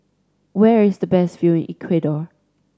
where is the best view in Ecuador